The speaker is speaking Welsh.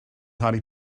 harry